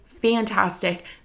fantastic